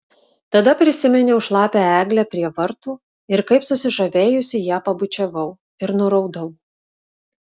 tada prisiminiau šlapią eglę prie vartų ir kaip susižavėjusi ją pabučiavau ir nuraudau